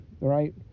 right